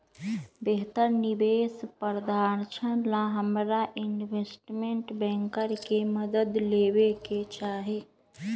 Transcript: बेहतर निवेश प्रधारक्षण ला हमरा इनवेस्टमेंट बैंकर के मदद लेवे के चाहि